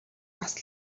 бас